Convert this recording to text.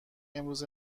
امروز